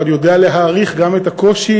ואני יודע להעריך גם את הקושי,